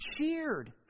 cheered